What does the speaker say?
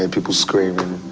and people screaming.